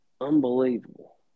unbelievable